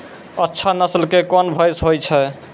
अच्छा नस्ल के कोन भैंस होय छै?